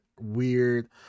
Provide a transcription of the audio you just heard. weird